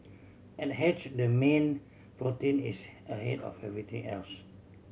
at Hatched the mean protein is ahead of everything else